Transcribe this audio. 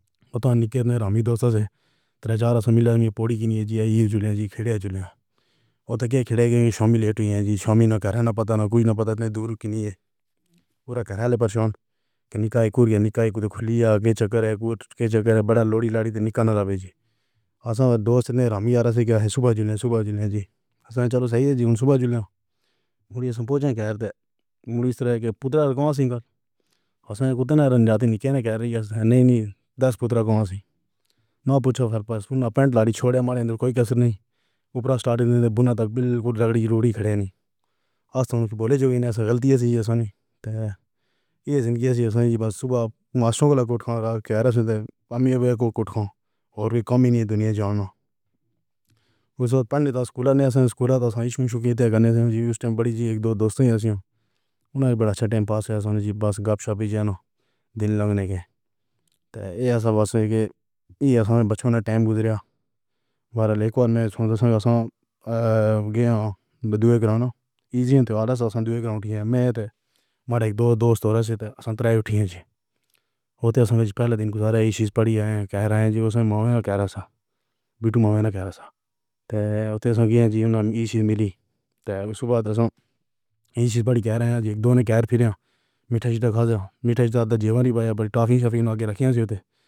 ہوتا نکلے رام ہی دوست تھے تیرا چار سال میں لیمٹ پوری کینھی جی آئی ہوئی جی کھڑے جھولے ہوں اور تکئے کھلے گئے۔ شامی لیٹ ہوئی ہے۔ جی شامی نہ کرے نہ پتہ نہ کچھ نہ پتہ۔ اتنا دور کنارے پورا گھر والے پریشان کنیکا ہی خود۔ کنیکا ہی خود کھلی آ گئے۔ چکر ہے کچھ کے چکر ہے بڑا لوہڑی لاڑی تو نکلنا ابھی۔ آسان دوست نے رام یار سے کہے صبح جُولے صبح جُولے جی آں چالوں صحیح زندگی صبح جلاؤ۔ مُڑیا سے پوچھیں غیر دے مُڑ اس طرح دے پُتر کون سی کر آں کتے نے رنجاتی نہیں۔ کہیں کیہہ رہی ہے نہیں نہیں۔ دس پترا کون سی نہ پوچھو پھر بس اپنا پینٹ لاڑی چھوڑے مارے اندر کوئی کسر نہیں۔ اوپر سٹارٹ دے نے تو بنا تک بالکل لکڑی روڑی کھڑے نہیں۔ استھ بولے جو ایسا غلطی ہستی ہے سونی تو یہ زندگی سنجھی بس صبح ماسٹروں کو رکھو کھول کر سدھ پامی ہے۔ وہ کھو کھو اور کمینے دنیا جامنا۔ اس پنڈت سکول نے سکول تعلیم کے لیے بڑی اک دو دوست تھی۔ انہوں نے بڑا اچھا ٹائم پاس آسن جی بس گپ شپ ہی جناب دن لگنے گئے تو ایسا بس کے۔ یہ سب بچوں نے ٹائم گزارا ورلی کو میں سوچا صاحب آ گیا دعوے کرو نہ۔ ایزی ہوتا آلس دوے کراں۔ ٹھیک ہے میں تے مارا۔ اک دو دوست ہورا سے تو سنترا اٹھیے جی او تو پہلے دن ہی سارا اس پریہا کا رہا ہے جو ماں دا پُتر ماں دا تھا۔ اتسو دی جیت نے ایسے ملی تب صبح تک ہم اس بڑی گرمی میں اک دو ہفتے دا میٹھا میٹھا جوان بھائی اب ٹافی آگے رکھی ہے۔